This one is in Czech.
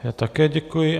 Já také děkuji.